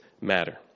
matter